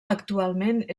actualment